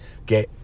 okay